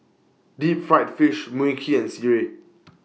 Deep Fried Fish Mui Kee and Sireh